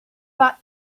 but